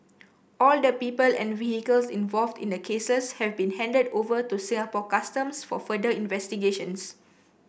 all the people and vehicles involved in the cases have been handed over to Singapore Customs for further investigations